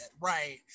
right